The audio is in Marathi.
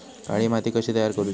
काळी माती कशी तयार करूची?